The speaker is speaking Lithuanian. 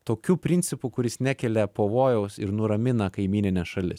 tokiu principu kuris nekelia pavojaus ir nuramina kaimynines šalis